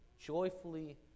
joyfully